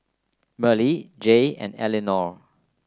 Merle Jaye and Elinore